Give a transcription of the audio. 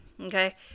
Okay